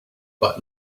but